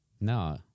No